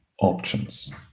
options